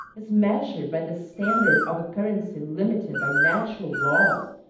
is measured by the standard of a currency limited by natural laws,